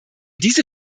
diese